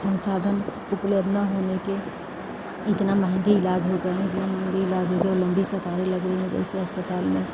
संसाधन उपलब्ध न होने के इतना महंगे इलाज हो गए हैं इतना महंगा इलाज हो गए हैं और लंबी कतारे लग रही है जैसे अस्पताल में